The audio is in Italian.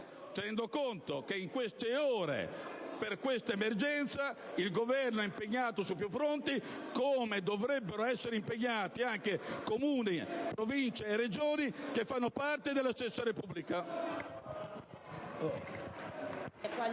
tenendo conto che in queste ore, per questa emergenza, il Governo è impegnato su più fronti, come lo dovrebbero essere anche Comuni, Province e Regioni che fanno parte della stessa Repubblica.